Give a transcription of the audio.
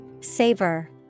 Savor